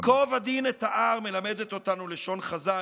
"ייקוב הדין את ההר", מלמדת אותנו לשון חז"ל.